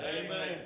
Amen